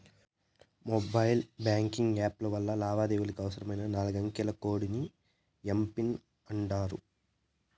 mobile banking యాప్ల లావాదేవీలకి అవసరమైన నాలుగంకెల కోడ్ ని ఎమ్.పిన్ అంటాండారు